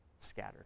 scattered